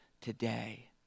today